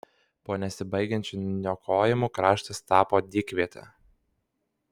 po nesibaigiančių niokojimų kraštas tapo dykviete